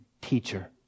teacher